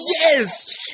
Yes